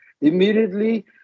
immediately